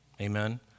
Amen